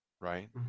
Right